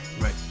Right